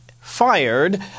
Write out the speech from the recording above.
fired